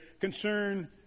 concern